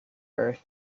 earth